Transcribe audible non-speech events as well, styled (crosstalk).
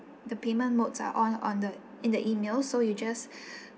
the payment modes are on on the in the E-mail so you just (breath)